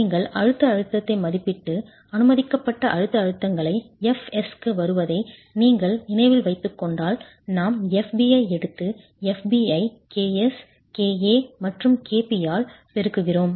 நீங்கள் அழுத்த அழுத்தத்தை மதிப்பிட்டு அனுமதிக்கப்பட்ட அழுத்த அழுத்தங்களை fs க்கு வருவதை நீங்கள் நினைவில் வைத்துக் கொண்டால் நாம் fb ஐ எடுத்து fb ஐ ks ka மற்றும் kp ஆல் பெருக்குகிறோம்